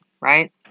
right